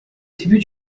début